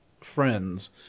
friends